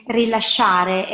rilasciare